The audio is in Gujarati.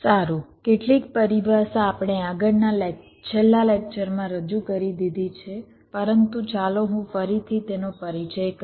સારુ કેટલીક પરિભાષા આપણે આગળના છેલ્લા લેકચરમાં રજૂ કરી દીધી છે પરંતુ ચાલો હું ફરીથી તેનો પરિચય કરું